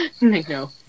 No